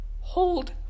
Hold